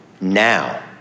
now